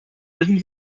wissen